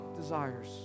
desires